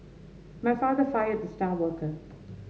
my father fired the star worker